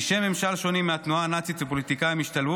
אישי ממשל שונים מהתנועה הנאצית ופוליטיקאים השתלבו